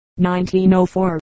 1904